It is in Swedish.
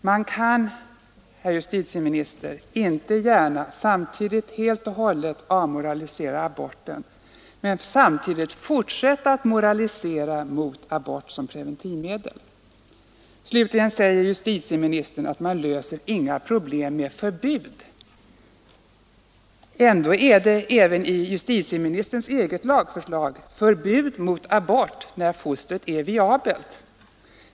Man kan, herr justitieminister, inte gärna helt och hållet avmoralisera aborten och samtidigt fortsätta att moralisera över abort som preventivmedel. Justitieministern säger också att man löser inga problem med förbud. Ändå är det även i justitieministerns eget lagförslag förbud mot abort inte bara när fostret är viabelt.